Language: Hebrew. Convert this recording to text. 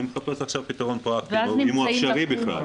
אני מחפש עכשיו פתרון פרקטי, אם הוא אפשרי בכלל.